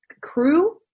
crew